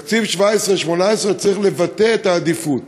שתקציב 2017 2018 צריך לבטא את העדיפות.